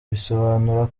bisobanura